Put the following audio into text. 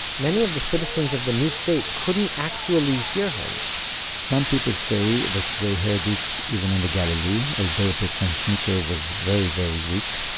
many of the citizens of the new state couldn't actually hear him some people say that they heard it even in the galilee, although the transmitter was very very weak.